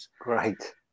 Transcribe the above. Great